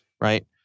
Right